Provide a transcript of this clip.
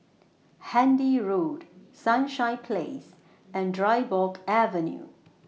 Handy Road Sunshine Place and Dryburgh Avenue